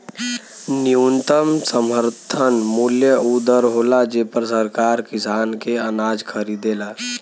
न्यूनतम समर्थन मूल्य उ दर होला जेपर सरकार किसान के अनाज खरीदेला